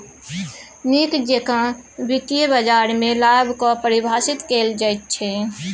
नीक जेकां वित्तीय बाजारमे लाभ कऽ परिभाषित कैल जाइत छै